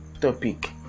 topic